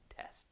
test